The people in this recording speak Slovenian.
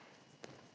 Hvala.